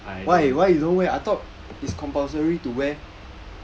no I don't